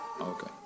Okay